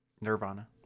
Nirvana